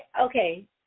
Okay